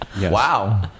Wow